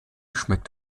schmeckt